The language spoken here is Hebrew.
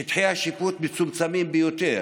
שטחי השיפוט מצומצמים ביותר,